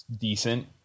decent